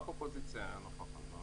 רק האופוזיציה נוכחת כאן.